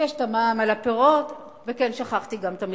ויש המע"מ על הפירות, וכן, שכחתי, גם המרפסת.